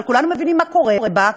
אבל כולנו מבינים מה קורה בה,